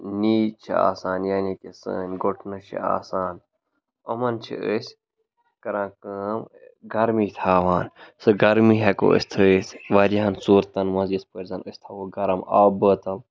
نیٖج چھِ آسان یعنے کہِ سٲنۍ گۄٹھنہٕ چھِ آسان یِمَن چھِ أسۍ کَران کٲم گَرمی تھاوان سُہ گَرمی ہٮ۪کو أسۍ تھٲیِتھ واریاہَن صوٗرتَن مَنٛز یِتھ پٲٹھۍ زَن أسۍ تھاوو گَرَم آبہٕ بٲتَل